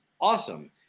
Awesome